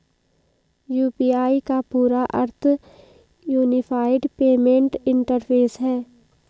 UPI का पूरा अर्थ यूनिफाइड पेमेंट इंटरफ़ेस है